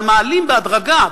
אבל מעלים בהדרגה,